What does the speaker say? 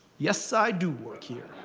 yes, i do work here.